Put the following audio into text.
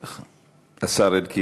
אדוני.